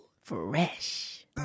fresh